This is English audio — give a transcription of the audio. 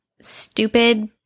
stupid